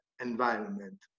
environment